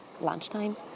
lunchtime